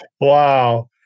Wow